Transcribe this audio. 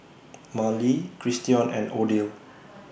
Marley Christion and Odile